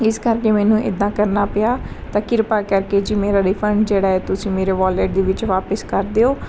ਇਸ ਕਰਕੇ ਮੈਨੂੰ ਇੱਦਾਂ ਕਰਨਾ ਪਿਆ ਤਾਂ ਕਿਰਪਾ ਕਰਕੇ ਜੀ ਮੇਰਾ ਰਿਫੰਡ ਜਿਹੜਾ ਹੈ ਤੁਸੀਂ ਮੇਰੇ ਵਾਲਿਟ ਦੇ ਵਿੱਚ ਵਾਪਸ ਕਰ ਦਿਓ